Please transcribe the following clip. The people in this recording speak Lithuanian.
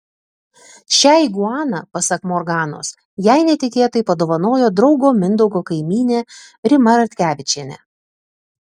šią iguaną pasak morganos jai netikėtai padovanojo draugo mindaugo kaimynė rima ratkevičienė